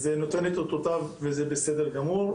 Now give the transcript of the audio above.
אז זה נותן את אותותיו וזה בסדר גמור.